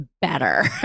better